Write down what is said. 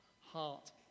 heart